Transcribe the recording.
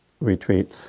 retreat